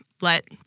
let